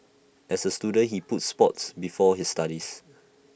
as A student he put Sport before his studies